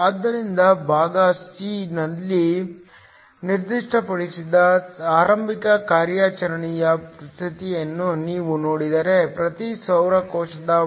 ಆದ್ದರಿಂದ ಭಾಗ ಎ ನಲ್ಲಿ ನಿರ್ದಿಷ್ಟಪಡಿಸಿದ ಆರಂಭಿಕ ಕಾರ್ಯಾಚರಣೆಯ ಸ್ಥಿತಿಯನ್ನು ನೀವು ನೋಡಿದರೆ ಪ್ರತಿ ಸೌರ ಕೋಶದ ವೋಲ್ಟೇಜ್ 0